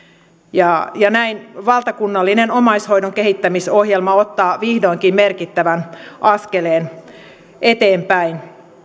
ja ja näin valtakunnallinen omaishoidon kehittämisohjelma ottaa vihdoinkin merkittävän askeleen eteenpäin